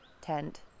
tent